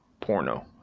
Porno